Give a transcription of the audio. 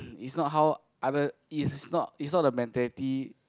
is not how other it's not is not the mentality